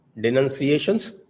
denunciations